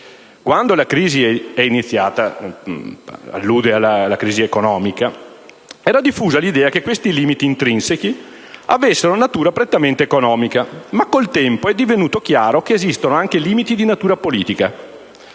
«Quando la crisi è iniziata» - allude alla crisi economica - «era diffusa l'idea che questi limiti intrinseci avessero natura prettamente economica (...). Ma col tempo è divenuto chiaro che esistono anche limiti di natura politica.